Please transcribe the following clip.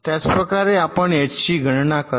त्याचप्रकारे आपण एचची गणना करा